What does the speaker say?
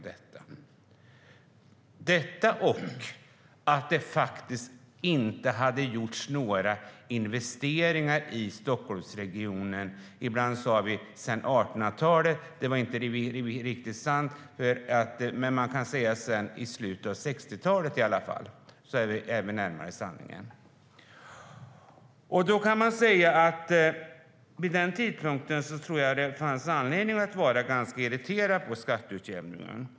Dessutom hade det inte gjorts några investeringar i Stockholmsregionen - sedan 1800-talet sa vi ibland, men det var inte riktigt sant. Sedan slutet av 60-talet kan vi väl i alla fall säga, så är vi närmare sanningen. När det fungerade på det sättet fanns det anledning att vara ganska irriterad på skatteutjämningen.